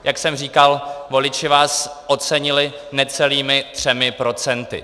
Jak jsem říkal, voliči vás ocenili necelými třemi procenty.